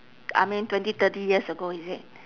I mean twenty thirty years ago is it